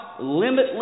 limitless